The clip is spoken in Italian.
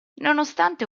nonostante